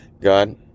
God